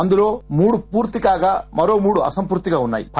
అందులో మూడు పూర్తి కాగా మరో మూడు అసంపూర్తిగా ఉన్నా యి